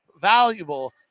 valuable